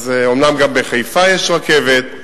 אומנם גם בחיפה יש רכבת,